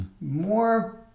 more